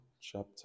chapter